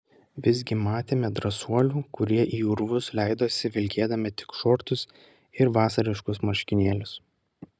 visgi matėme drąsuolių kurie į urvus leidosi vilkėdami tik šortus ir vasariškus marškinėlius